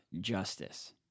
justice